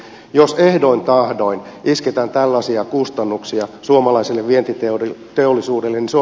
jos ehdoin tahdoin isketään tällaisia kustannuksia suomalaiselle vienti teurin teollisuuden enso